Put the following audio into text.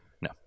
No